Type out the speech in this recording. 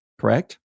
correct